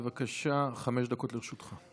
בבקשה, חמש דקות לרשותך.